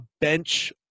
bench